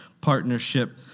partnership